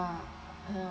ya